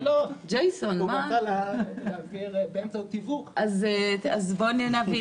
לא, הוא רצה להסדיר --- אז בואו נבין.